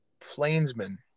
Plainsman